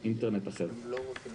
שלומי, לא שומעים